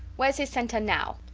wheres his centre now?